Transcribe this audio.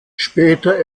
später